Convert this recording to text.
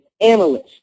analyst